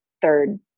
third